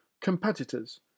competitors